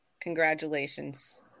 Congratulations